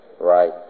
Right